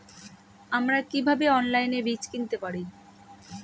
আমরা কীভাবে অনলাইনে বীজ কিনতে পারি?